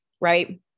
right